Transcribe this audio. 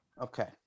Okay